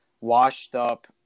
washed-up